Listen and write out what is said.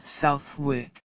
Southwick